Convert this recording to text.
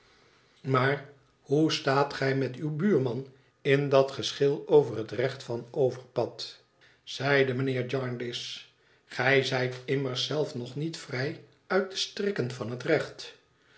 maar hoe staat gij met uw buurman in dat geschil over het recht van overpad zeide mijnheer jarndyce gij zijt immers zelf nog niet vrij uit de strikken van het recht